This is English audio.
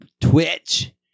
twitch